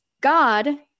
god